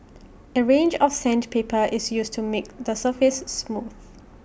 A range of sandpaper is used to make the surface smooth